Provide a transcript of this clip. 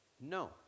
No